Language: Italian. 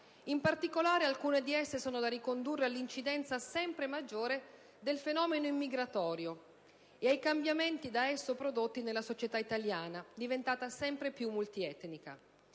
In particolare, alcune di esse sono da ricondurre all'incidenza sempre maggior del fenomeno immigratorio e ai cambiamenti da esso prodotti nella società italiana, diventata sempre più multietnica.